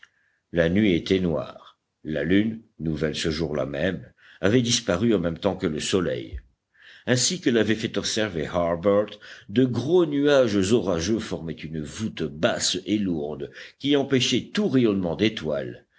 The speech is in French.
la nuit était noire la lune nouvelle ce jour-là même avait disparu en même temps que le soleil ainsi que l'avait fait observer harbert de gros nuages orageux formaient une voûte basse et lourde qui empêchait tout rayonnement d'étoiles